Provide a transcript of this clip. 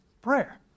prayer